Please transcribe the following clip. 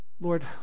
Lord